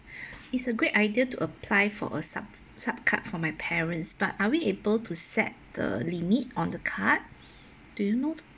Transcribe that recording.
it's a great idea to apply for a sub sub card for my parents but are we able to set the limit on the card do you know